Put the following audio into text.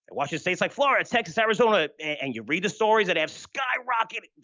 watching states like florida, texas, arizona and you read the stories that have skyrocketed,